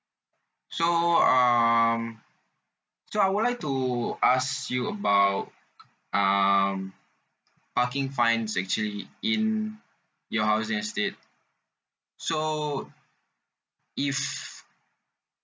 so um so I would like to ask you about um parking fines actually in your housing estate so if